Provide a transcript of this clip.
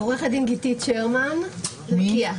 עורכת הדין גיתית שרמן ממועצת לקיה.